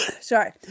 Sorry